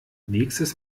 nächstes